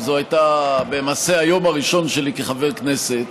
זה היה היום הראשון שלי כחבר כנסת,